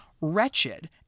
Wretched